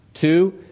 Two